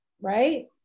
right